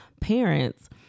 parents